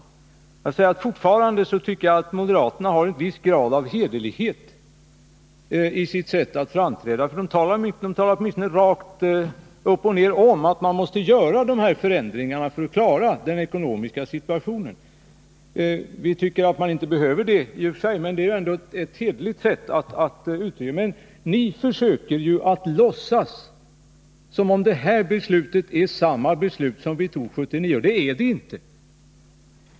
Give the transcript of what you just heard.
Jag vill säga att jag fortfarande tycker att moderaterna har en viss grad av hederlighet i sitt sätt att framträda. De talar åtminstone rakt upp och ner om att man måste göra de här förändringarna för att klara den ekonomiska situationen. I och för sig tycker vi inte att man behöver det, men det är ändå ett hederligt sätt som moderaterna uttrycker sig på. Herrar Sellgren och Torwald försöker ju låtsas som om det beslut de nu vill fatta är samma beslut som det vi tog 1979, men det är det inte.